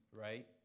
right